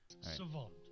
Savant